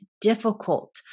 difficult